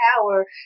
power